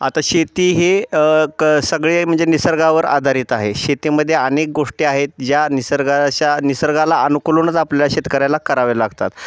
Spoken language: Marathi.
आता शेती हे क सगळे म्हणजे निसर्गावर आधारित आहे शेतीमध्ये अनेक गोष्टी आहेत ज्या निसर्गाच्या निसर्गाला अनुकूलच आपल्याला शेतकऱ्याला करावे लागतात